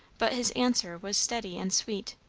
but his answer was steady and sweet.